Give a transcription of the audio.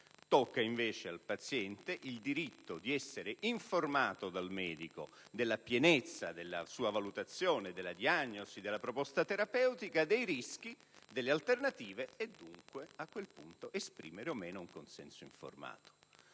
Tocca, invece, al paziente il diritto di essere informato dal medico della pienezza della sua valutazione, della diagnosi e della proposta terapeutica, dei rischi delle alternative e dunque a quel punto esprimere un consenso informato.